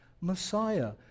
Messiah